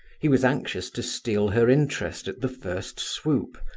he was anxious to steal her interest at the first swoop,